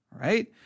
right